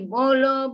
Bolo